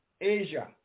Asia